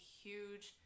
huge